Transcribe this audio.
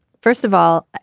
first of all,